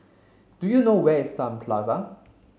do you know where is Sun Plaza